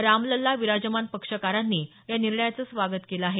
रामलल्ला विराजमान पक्षकारांनी या निर्णयाचं स्वागत केलं आहे